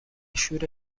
شور